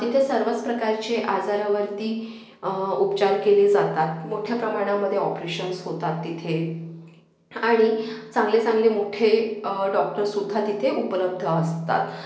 तिथे सर्वच प्रकारचे आजारावरती उपचार केले जातात मोठ्या प्रमाणामध्ये ऑपरेशन्स होतात तिथे आणि चांगले चांगले मोठे डॉक्टर्ससुद्धा तिथे उपलब्ध असतात